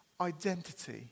identity